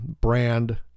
brand